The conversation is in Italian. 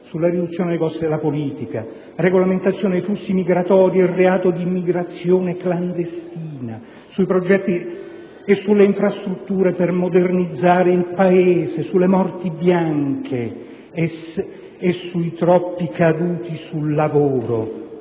sulla riduzione dei costi della politica; sulla regolamentazione dei flussi migratori ed il reato di immigrazione clandestina; sui progetti e sulle infrastrutture per modernizzare il Paese; sulle morti bianche, sui troppi caduti sul lavoro;